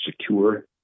secure